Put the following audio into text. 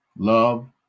love